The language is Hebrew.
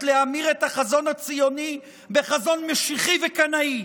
להמיר את החזון הציוני בחזון משיחי וקנאי,